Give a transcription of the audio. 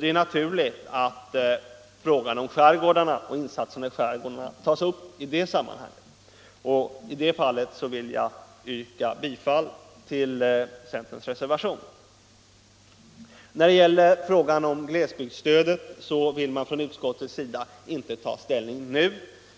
Det är naturligt att frågan om insatserna i skärgårdarna tas upp i det sammanhanget. Jag vill därför yrka bifall till centerpartiets reservation på denna punkt. När det gäller glesbygdsstödet vill utskottet inte ta ställning nu